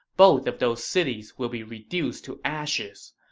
both of those cities will be reduced to ashes.